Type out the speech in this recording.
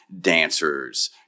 dancers